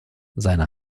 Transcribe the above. seine